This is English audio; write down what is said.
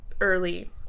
early